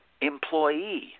employee